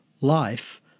life